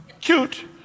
cute